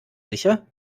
sicher